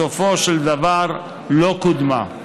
בסופו של דבר לא קודמה.